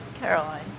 Caroline